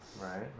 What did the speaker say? Right